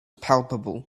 palpable